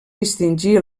distingir